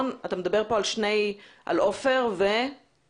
אתה מדבר על מתקן "עופר" ומה עוד?